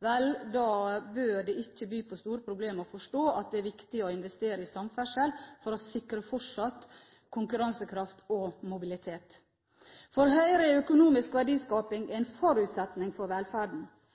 bør det ikke by på store problemer å forstå at det er viktig å investere i samferdsel for å sikre fortsatt konkurransekraft og mobilitet. For Høyre er økonomisk verdiskaping